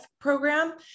program